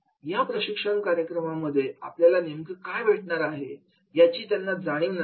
या प्रशिक्षण कार्यक्रमामध्ये आपल्याला नेमकं काय भेटणार आहे याची त्यांना जाणीव नसते